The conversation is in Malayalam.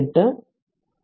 2 0